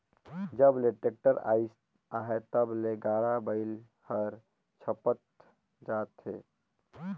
जब ले टेक्टर अइस अहे तब ले गाड़ा बइला हर छपत जात अहे